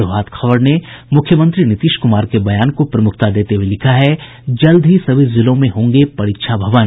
प्रभात खबर ने मुख्यमंत्री नीतीश कुमार के बयान को प्रमुखता देते हुये लिखा है जल्द ही सभी जिलों में होंगे परीक्षा भवन